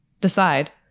decide